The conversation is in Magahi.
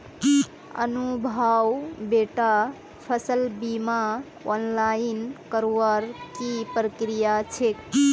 अनुभव बेटा फसल बीमा ऑनलाइन करवार की प्रक्रिया छेक